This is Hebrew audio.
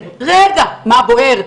רגע, מה בוער?